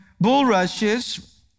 bulrushes